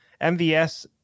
MVS